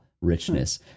richness